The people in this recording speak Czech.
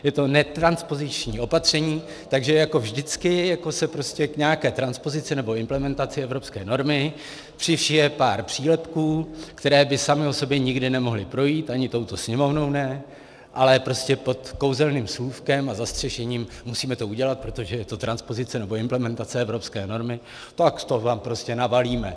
Je to netranspoziční opatření, takže jako vždycky, jako se prostě k nějaké transpozici nebo implementaci evropské normy přišije pár přílepků, které by samy o sobě nikdy nemohly projít, ani touto Sněmovnou ne, ale pod kouzelným slůvkem a zastřešením, musíme to udělat, protože je to transpozice nebo implementace evropské normy, tak to tam prostě nabalíme.